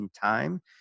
time